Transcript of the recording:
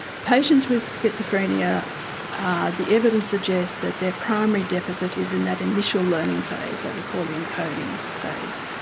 patients with schizophrenia are the evidence suggests that their primary deficit is in that initial learning phase, what we call the encoding phase.